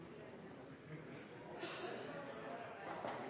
As